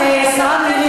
מי